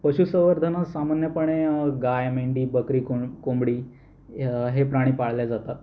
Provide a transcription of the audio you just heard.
पशू संवर्धनात सामान्यपणे गाय मेंढी बकरी कों कोंबडी हे प्राणी पाळले जातात